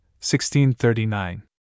1639